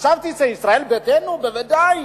חשבתי שישראל ביתנו בוודאי.